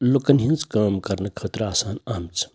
لُکَن ہِنٛز کٲم کَرنہٕ خٲطرٕ آسان آمژٕ